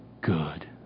good